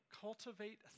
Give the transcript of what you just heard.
cultivate